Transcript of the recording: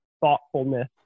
thoughtfulness